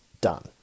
done